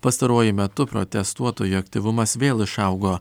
pastaruoju metu protestuotojų aktyvumas vėl išaugo